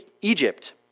Egypt